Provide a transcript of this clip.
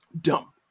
Dumb